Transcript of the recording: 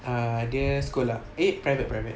err dia sekolah eh private private